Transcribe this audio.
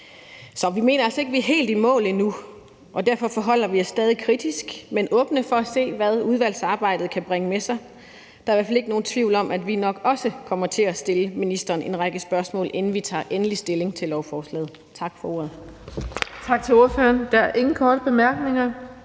Så vi mener altså ikke, at vi er helt i mål endnu, og derfor forholder vi har stadig kritisk, men er åbne over for at se, hvad udvalgsarbejdet kan bringe med sig. Der er i hvert fald ikke nogen tvivl om, at vi nok også kommer til at stille ministeren en række spørgsmål, inden vi tager endelig stilling til lovforslaget. Tak for ordet.